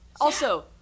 Also-